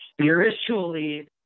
spiritually